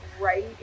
right